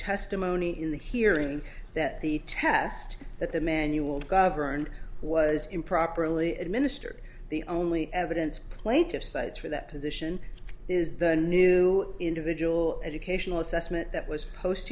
testimony in the hearing that the test that the manual governed was improperly administered the only evidence plaintiff cites for that position is the new individual educational assessment that was pos